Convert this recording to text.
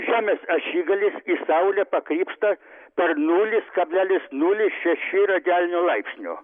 žemės ašigalis į saulę pakrypsta per nulis kablelis nulis šeši radianinių laipsnių